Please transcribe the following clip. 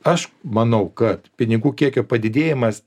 aš manau kad pinigų kiekio padidėjimas